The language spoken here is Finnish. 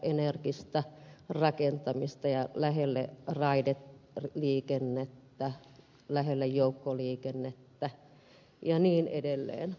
matalaenergistä rakentamista ja lähelle raideliikennettä lähelle joukkoliikennettä ja niin edelleen